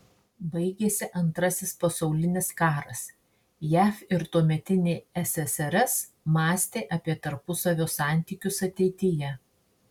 baigėsi antrasis pasaulinis karas jav ir tuometinė ssrs mąstė apie tarpusavio santykius ateityje